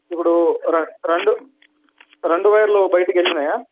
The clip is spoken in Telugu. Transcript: ఇప్పుడు రె రెండు రెండు వైర్లు బయటకెళ్ళినాయా